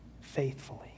faithfully